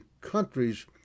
countries